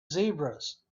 zebras